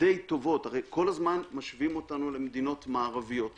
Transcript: די טובות הרי כל הזמן משווים אותנו למדינות מערביות אחרות,